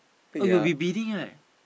oh you will be bidding right